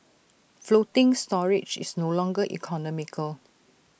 floating storage is no longer economical